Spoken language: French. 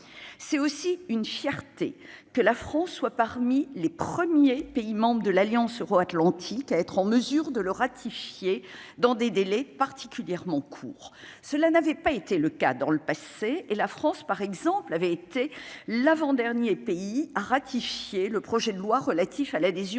c'est aussi une fierté que la France soit parmi les premiers pays membres de l'alliance euro-Atlantique à être en mesure de le ratifier, dans des délais particulièrement courts, cela n'avait pas été le cas dans le passé et la France, par exemple, avait été l'avant-dernier pays à ratifier le projet de loi relatif à l'adhésion